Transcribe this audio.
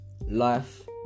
life